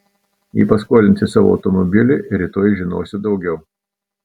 jei paskolinsi savo automobilį rytoj žinosiu daugiau